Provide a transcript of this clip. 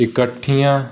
ਇਕੱਠੀਆਂ